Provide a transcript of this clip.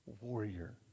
warrior